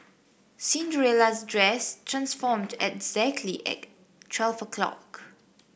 Cinderella's dress transformed exactly at twelve o'clock